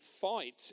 fight